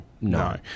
No